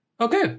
Okay